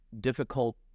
difficult